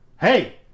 hey